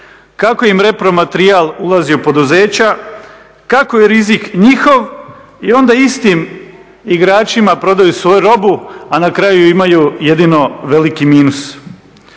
kako im repromaterijal ulazi u poduzeća, kako je rizik njihov i onda istim igračima prodaju svoju robu, a na kraju imaju jedino veliki minus.